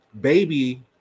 baby